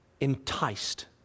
enticed